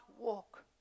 walk